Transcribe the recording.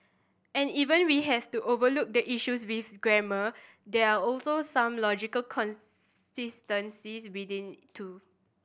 and even we have to overlook the issues with grammar there are also some logical consistencies within too